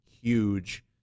huge